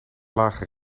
lage